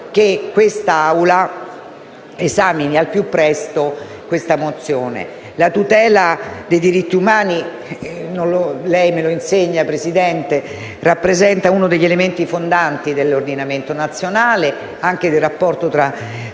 che questa Assemblea esamini al più presto questa mozione. La tutela dei diritti umani - lei, Presidente, me lo insegna - rappresenta uno degli elementi fondanti dell’ordinamento nazionale e anche del rapporto tra